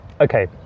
Okay